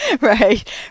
Right